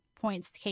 points